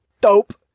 Dope